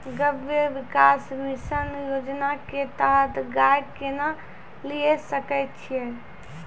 गव्य विकास मिसन योजना के तहत गाय केना लिये सकय छियै?